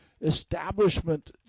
establishment